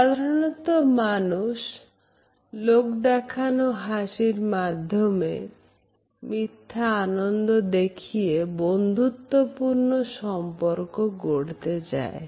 সাধারণত মানুষ লোক দেখানো হাসি মাধ্যমে মিথ্যা আনন্দ দেখিয়ে বন্ধুত্বপূর্ণ সম্পর্ক গড়তে চায়